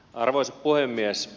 arvoisa puhemies